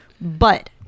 But-